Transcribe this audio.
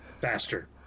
faster